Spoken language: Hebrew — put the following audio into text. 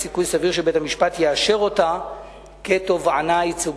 סיכוי סביר שבית-המשפט יאשר אותה כתובענה ייצוגית.